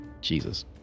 Jesus